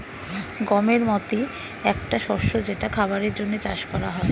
গমের মতি একটা শস্য যেটা খাবারের জন্যে চাষ করা হয়